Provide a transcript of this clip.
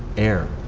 air,